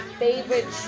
favorite